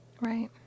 Right